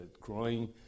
growing